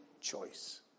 choice